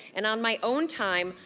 and on my own time,